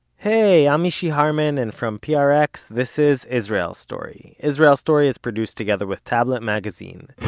hey, i'm mishy harman and from prx this is israel story. israel story is produced together with tablet magazine.